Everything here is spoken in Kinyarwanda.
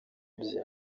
bye